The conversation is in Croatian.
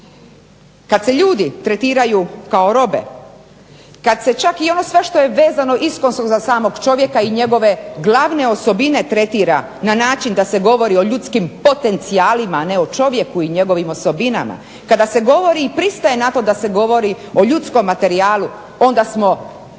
Kada se ljudi tretiraju kao robe, kada se sve ono što je vezano iskonsko za samog čovjeka i za njegove glavne osobine tretira na način da se govori o ljudskim potencijalima a ne o čovjeku i njegovim osobinama, kada se govori i pristaje na to da se govori o ljudskom materijalu onda smo prešutno